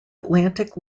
atlantic